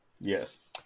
Yes